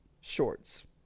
shorts